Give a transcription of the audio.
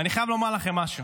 אני חייב לומר לכם משהו